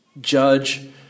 judge